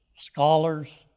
Scholars